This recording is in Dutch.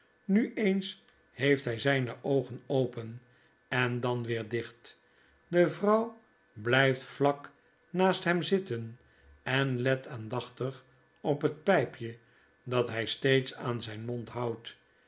nu eens heeft hy zyne oogen open en dan weer dicht de vrouw blyft vlak naast hem zitten en let aandachtig op het pypje dat hy steeds aan zyn mond houdt